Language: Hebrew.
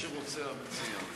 מה שרוצה המציע.